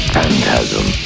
Phantasm